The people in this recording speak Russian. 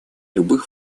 любых